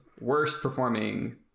worst-performing